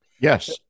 Yes